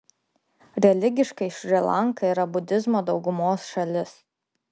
religiškai šri lanka yra budizmo daugumos šalis